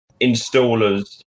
installers